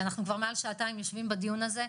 אנחנו כבר מעל שעתיים יושבים בדיון הזה,